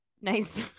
nice